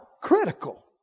critical